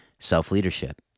self-leadership